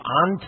on